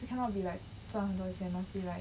you cannot be like 赚很多钱 must be like